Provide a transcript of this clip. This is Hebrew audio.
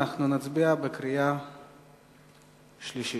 אנחנו נצביע בקריאה שלישית.